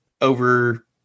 over